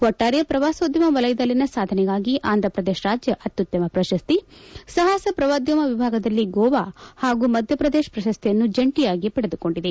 ಒಟ್ಲಾರೆ ಪ್ರವಾಸೋದ್ಯಮ ವಲಯದಲ್ಲಿನ ಸಾಧನೆಗಾಗಿ ಆಂಧಪ್ರದೇಶ ರಾಜ್ಯ ಅತ್ಯುತ್ತಮ ಪ್ರಶಸ್ತಿ ಸಾಹಸ ಪ್ರವಾಸೋದ್ಯಮ ವಿಭಾಗದಲ್ಲಿ ಗೋವಾ ಹಾಗೂ ಮಧ್ಯಪ್ರದೇಶ ಪ್ರಶಸ್ತಿಯನ್ನು ಜಂಟೆಯಾಗಿ ಪಡೆದುಕೊಂಡಿದೆ